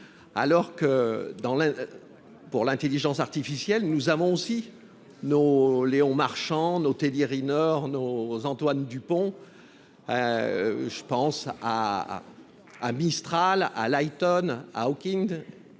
domaine de l’intelligence artificielle, nous avons aussi nos Léon Marchand, nos Teddy Riner, nos Antoine Dupont : je pense à Mistral, à LightOn, à Owkin,